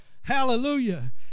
Hallelujah